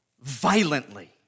violently